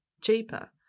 cheaper